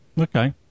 okay